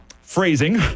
Phrasing